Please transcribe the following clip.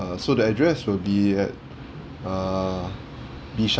so the address will be at err bishan